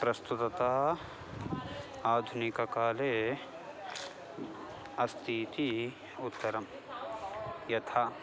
प्रस्तुतता आधुनिककाले अस्ति इति उत्तरं यथा